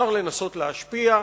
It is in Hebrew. אפשר לנסות להשפיע,